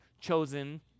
chosen